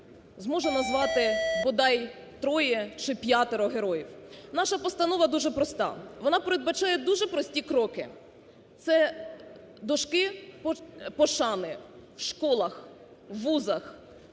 зможе назвати бодай троє чи п'ятеро героїв. Наша постанова дуже проста. Вона передбачає дуже прості кроки. Це дошки пошани в школах, в вузах,